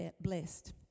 blessed